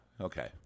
Okay